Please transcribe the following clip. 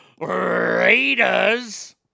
Raiders